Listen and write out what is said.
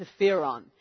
interferon